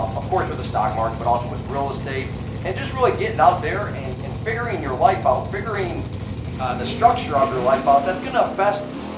um of course with the stock market but also with real estate and just really getting out there and and figuring your life out, figuring the structure of your life out that's gonna best